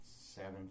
seven